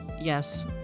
Yes